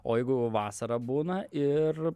o jeigu vasara būna ir